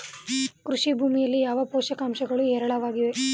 ಕೃಷಿ ಭೂಮಿಯಲ್ಲಿ ಯಾವ ಪೋಷಕಾಂಶಗಳು ಹೇರಳವಾಗಿವೆ?